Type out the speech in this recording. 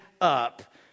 up